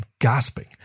gasping